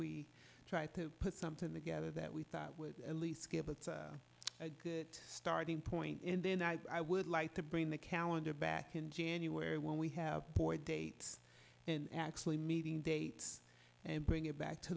we try to put something together that we thought would at least a good starting point and then i would like to bring the calendar back in january when we have boy dates and actually meeting dates and bring it back to